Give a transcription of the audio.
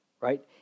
right